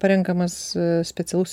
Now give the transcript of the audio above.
parenkamas specialus